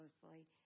closely